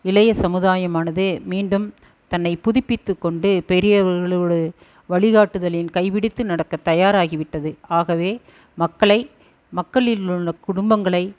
இளைய சமுதாயமானது மீண்டும் தன்னை புதுப்பித்துக் கொண்டு பெரியவர்களுடைய வழிகாட்டுதலின் கைவிடுத்து நடக்க தயாராகிவிட்டது ஆகவே மக்களை மக்களில் உள்ள குடும்பங்களை